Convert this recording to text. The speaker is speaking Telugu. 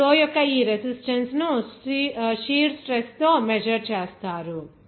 ఇప్పుడు ఫ్లో యొక్క ఈ రెసిస్టెన్స్ ను షీర్ స్ట్రెస్ తో మెజర్ చేస్తారు